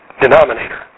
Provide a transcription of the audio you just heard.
denominator